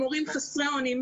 המורים חסרי אונים.